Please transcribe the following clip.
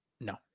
No